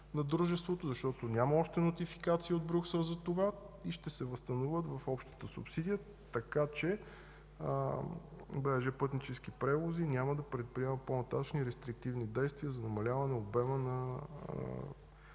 на дружеството, защото няма още нотификация от Брюксел за това и ще се възстановят в общата субсидия, така че БДЖ „Пътнически превози” няма да предприема по-нататъшни рестриктивни действия за намаляване обема на